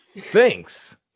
Thanks